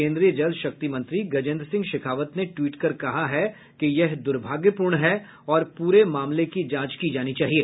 केन्द्रीय जल शक्ति मंत्री गजेन्द्र सिंह शेखावत ने ट्वीट कर कहा है कि यह दुर्भाग्यपूर्ण है और पूरे मामले की जांच की जानी चाहिए